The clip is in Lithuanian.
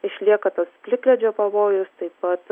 išlieka tas plikledžio pavojus taip pat